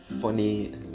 funny